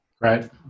Right